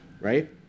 Right